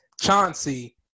Chauncey